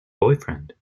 boyfriend